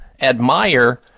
admire